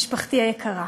משפחתי היקרה,